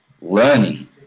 learning